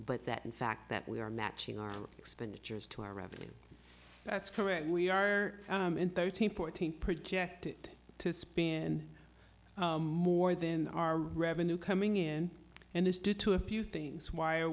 but that in fact that we are matching our expenditures to our revenue that's correct we are in thirteen fourteen projected to spin more than our revenue coming in and it's due to a few things